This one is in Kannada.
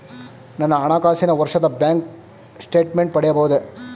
ನನ್ನ ಹಣಕಾಸಿನ ವರ್ಷದ ಬ್ಯಾಂಕ್ ಸ್ಟೇಟ್ಮೆಂಟ್ ಪಡೆಯಬಹುದೇ?